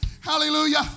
hallelujah